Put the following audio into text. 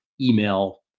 email